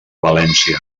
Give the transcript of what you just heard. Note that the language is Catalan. valència